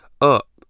up